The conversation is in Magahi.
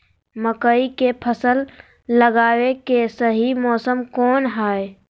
मकई के फसल लगावे के सही मौसम कौन हाय?